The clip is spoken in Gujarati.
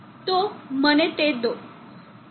તો મને તે દો